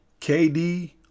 KD